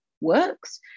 works